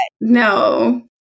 no